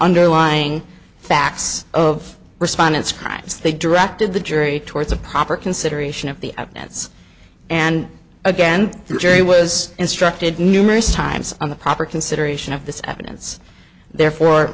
underlying facts of respondents cries they directed the jury towards a proper consideration of the evidence and again the jury was instructed numerous times on the proper consideration of this evidence they're for